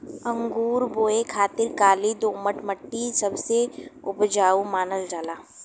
अंगूर बोए खातिर काली दोमट मट्टी सबसे उपजाऊ मानल जाला